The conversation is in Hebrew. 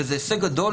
וזה הישג גדול,